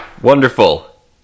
wonderful